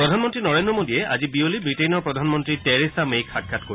প্ৰধানমন্ত্ৰী নৰেন্দ্ৰ মোদীয়ে আজি বিয়লি ব্ৰিটেইনৰ প্ৰধানমন্ত্ৰী টেৰেছা মেইক সাক্ষাৎ কৰিব